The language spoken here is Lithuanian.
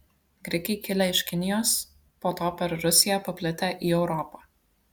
grikiai kilę iš kinijos po to per rusiją paplitę į europą